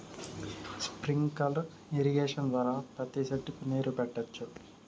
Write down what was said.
sprinkler irrigation ద్వారా ప్రతి సెట్టుకు నీరు పెట్టొచ్చు